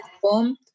form